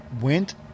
went